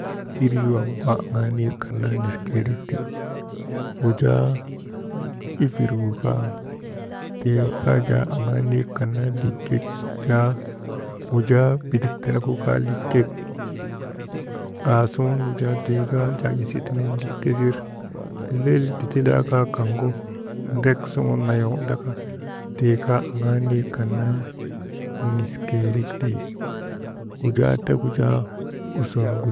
Erniŋee kan wujaa bahaayim kan yak gisiŋaa nun nindaanu aŋaa niyek kan naa lollii wi, waŋ nun ner jaa amaragu kaa, iriigu kaa, bokundogu kaa, drabagu kaa, drabak gowukgu kaa, drabak omuyokgu kaa, drabak guguregu kaa, yokgu kaa, maragu kaa olukgu kaa, kokamsubakgu kaa, dudurgu kaa, chimgu kaa, mberlekgu kaa, ndoroogu kaa, kaasakgu kaa, ŋoongu kaa, ifirgu kaa, maygu kaa guurgu kaa, olukgu kaa, laar firgilgu kaa, laargowukgu kaa, erikgu kaa, tandamgu kaa, darŋalgu kaa, mikgu kaa, angirfaayekgu kaa, usongu